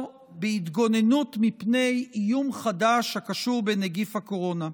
בהתגוננות מפני איום חדש הקשור בנגיף הקורונה.